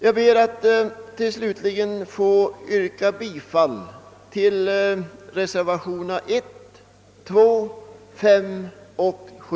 Jag ber slutligen att få yrka bifall till reservationerna 1, 2, 5 och 7.